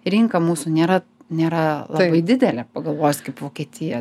rinka mūsų nėra nėra labai didelė pagalvosi kaip vokietija